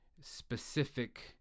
specific